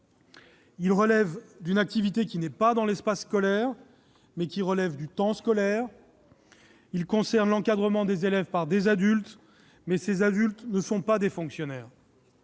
concerne une activité non située dans l'espace scolaire, mais qui relève du temps scolaire ; il concerne l'encadrement des élèves par des adultes, mais qui ne sont pas des fonctionnaires.